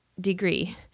Degree